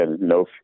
no